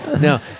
no